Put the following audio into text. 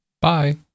bye